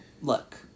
look